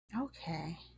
okay